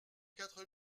quatre